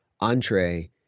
entree